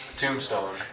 tombstone